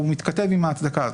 הוא מתכתב עם ההצדקה הזאת.